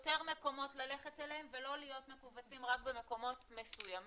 יותר מקומות ללכת אליהם ולא להיות מכווצים רק במקומות מסוימים.